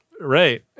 Right